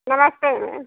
नमस्ते मैम